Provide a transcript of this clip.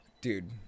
Dude